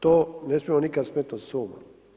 To ne smijemo nikad smetnut s uma.